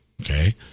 okay